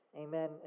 Amen